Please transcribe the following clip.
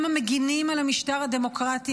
הם המגינים על המשטר הדמוקרטי,